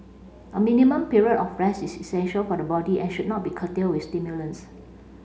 a minimum period of rest is essential for the body and should not be curtailed with stimulants